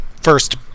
first